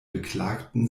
beklagten